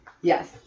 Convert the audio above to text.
Yes